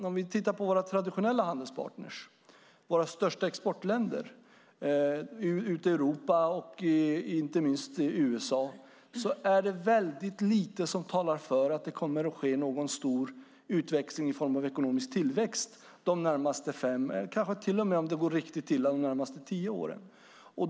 Om vi tittar på våra traditionella handelspartner och våra största exportländer ute i Europa och inte minst USA är det lite som talar för att det kommer att ske någon stor utväxling i form av ekonomisk tillväxt under de närmaste fem eller kanske till och med tio åren om det går riktigt illa.